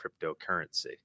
cryptocurrency